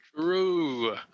True